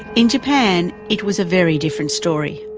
in japan it was a very different story.